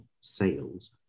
sales